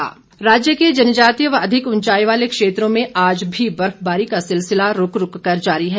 मौसम राज्य के जनजातीय व अधिक उंचाई वाले क्षेत्रों में आज भी बर्फबारी का सिलसिला रूक रूक कर जारी है